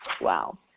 Wow